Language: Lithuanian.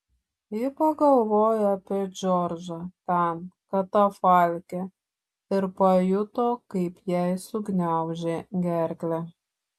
ji pagalvojo apie džordžą ten katafalke ir pajuto kaip jai sugniaužė gerklę